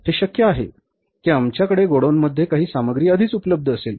हे शक्य आहे की आमच्याकडे गोडाऊनमध्ये काही सामग्री आधीच उपलब्ध असेल